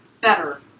Better